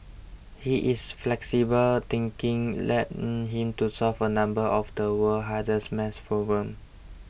he is flexible thinking led him to solve a number of the world's hardest math problems